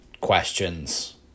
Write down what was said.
questions